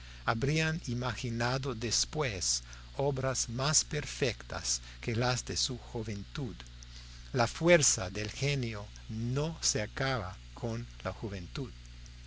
habrían imaginado después obras más perfectas que las de su juventud la fuerza del genio no se acaba con la juventud